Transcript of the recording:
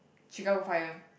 Chicago Fire